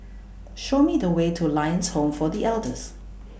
Show Me The Way to Lions Home For The Elders